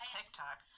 TikTok